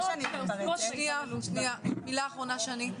שנים בלחימה,